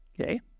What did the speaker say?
Okay